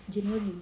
january